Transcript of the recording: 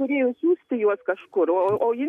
turėjo siųsti juos kažkur o ji